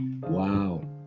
Wow